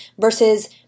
versus